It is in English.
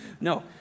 No